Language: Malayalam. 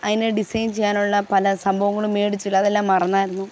അതിനെ ഡിസൈൻ ചെയ്യാനുള്ള പല സംഭവങ്ങളും മേടിച്ചില്ല അതെല്ലാം മറന്നായിരുന്നു